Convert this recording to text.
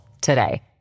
today